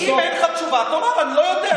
אם אין לך תשובה, תאמר: אני לא יודע,